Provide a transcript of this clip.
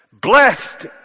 Blessed